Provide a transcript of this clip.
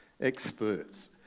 experts